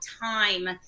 time